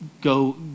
go